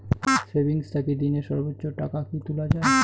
Savings থাকি দিনে সর্বোচ্চ টাকা কি তুলা য়ায়?